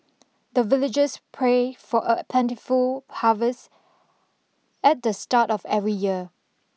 the villagers pray for a plentiful harvest at the start of every year